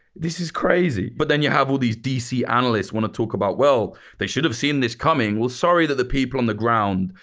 this is crazy. but then you have all these dc analysts want to talk about, well, they should have seen this coming. we'll sorry that the people on the ground,